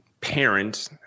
parent